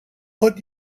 put